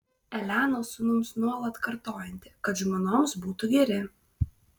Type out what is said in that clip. elena sūnums nuolat kartojanti kad žmonoms būtų geri